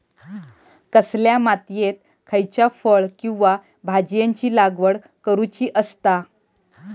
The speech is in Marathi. कसल्या मातीयेत खयच्या फळ किंवा भाजीयेंची लागवड करुची असता?